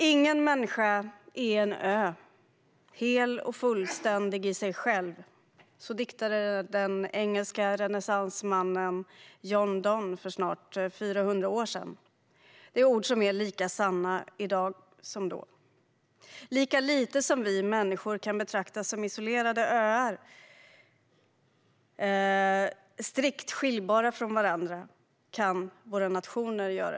Ingen människa är en ö, hel och fullständig i sig själv - så diktade den engelske renässansmannen John Donne för snart 400 år sedan. Det är ord som är lika sanna i dag som då. Lika lite som vi människor kan betraktas som isolerade öar, strikt skiljbara från varandra, kan våra nationer det.